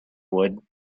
would